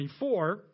24